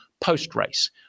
post-race